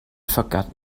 forgot